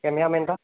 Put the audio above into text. cameraman এটা